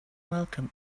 welcomed